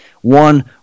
one